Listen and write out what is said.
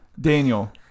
Daniel